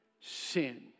sin